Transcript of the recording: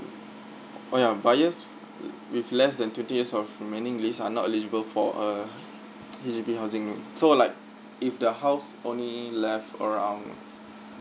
oh ya buyers w~ with less than twenty years of remaining lease are not eligible for a H_D_B housing so like if the house only left around